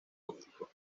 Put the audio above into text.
óptico